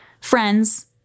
Friends